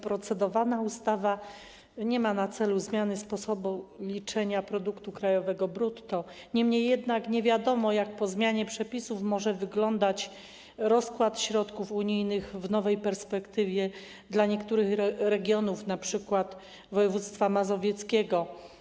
Procedowana ustawa nie ma na celu zmiany sposobu liczenia produktu krajowego brutto, niemniej jednak nie wiadomo, jak po zmianie przepisów może wyglądać rozkład środków unijnych w nowej perspektywie dla niektórych regionów, np. województwa mazowieckiego.